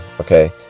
okay